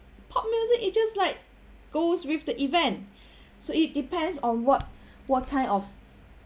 pop music it's just like goes with the event so it depends on what what kind of